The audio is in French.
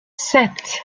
sept